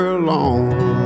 alone